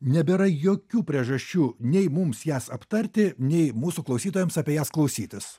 nebėra jokių priežasčių nei mums jas aptarti nei mūsų klausytojams apie jas klausytis